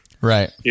Right